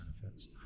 benefits